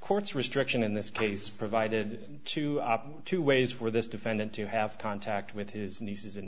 court's restriction in this case provided to two ways for this defendant to have contact with his nieces and